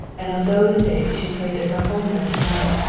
and on those days she prayed that her homeland might,